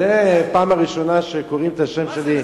זו פעם ראשונה שקוראים את השם שלי,